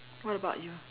what about you